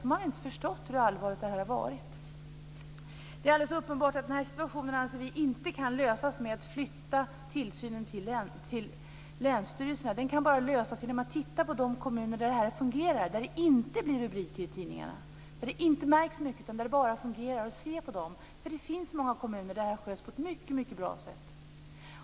Man har inte förstått hur allvarligt det har varit. Det är alldeles uppenbart att vi anser att denna situation inte kan lösas genom att man flyttar tillsynen till länsstyrelserna. Den kan bara lösas genom att man tittar på de kommuner där detta fungerar, där det inte blir rubriker i tidningarna och där det inte märks mycket utan bara fungerar. Man måste se på dem. Det finns många kommuner där detta sköts på ett mycket bra sätt.